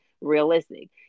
realistic